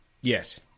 Yes